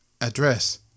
Address